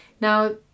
Now